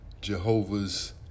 Jehovah's